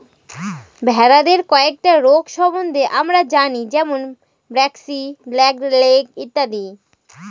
ভেড়াদের কয়েকটা রোগ সম্বন্ধে আমরা জানি যেমন ব্র্যাক্সি, ব্ল্যাক লেগ ইত্যাদি